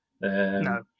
No